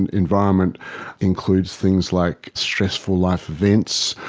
and environment includes things like stressful life events,